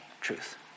truth